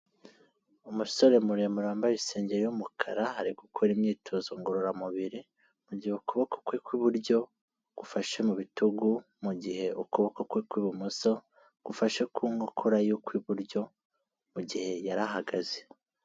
Umusore muremure wambaye isengeri y'umukara ari gukora imyitozo ngororamubiri. Mu gihe ukuboko kwe kw'iburyo gufashe mu bitugu mu gihe ukuboko kwe kw'ibumoso gufashe ku nkokora y'ukw'iburyo mu gihe yari ahagaze.